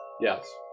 Yes